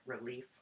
relief